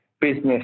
business